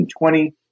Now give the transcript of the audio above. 1920